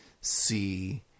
see